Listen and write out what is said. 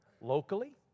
locally